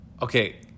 Okay